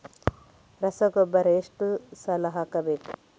ರಸಗೊಬ್ಬರ ಎಷ್ಟು ಸಲ ಹಾಕಬೇಕು?